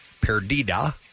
Perdida